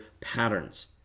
patterns